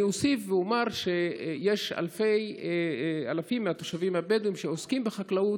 אני אוסיף ואומר שיש אלפים מהתושבים הבדואים שעוסקים בחקלאות,